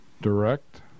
Direct